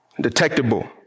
detectable